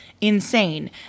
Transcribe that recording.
insane